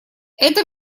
это